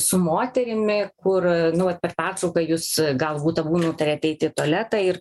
su moterimi kur nu vat per pertrauką jūs galbūt abu nutarėt eiti į tualetą ir